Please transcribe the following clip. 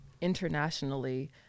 internationally